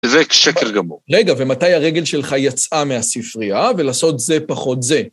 זה שקר גמור. -רגע, ומתי הרגל שלך יצאה מהספרייה, ולעשות זה פחות זה?